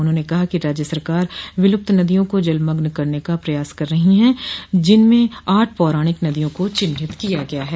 उन्होंने कहा कि राज्य सरकार विलूप्त नदियों को जलमग्न करने का प्रयास कर रही है जिसमें आठ पौराणिक नदियों को चिन्हित किया गया है